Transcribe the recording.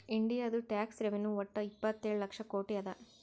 ಇಂಡಿಯಾದು tax revenue ವಟ್ಟ ಇಪ್ಪತ್ತೇಳು ಲಕ್ಷ ಕೋಟಿ ಅದಾ